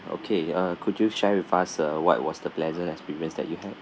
okay uh could you share with us uh what was the pleasant experience that you have